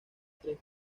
tres